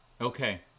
Okay